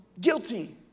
guilty